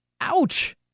Ouch